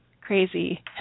crazy